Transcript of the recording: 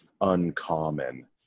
uncommon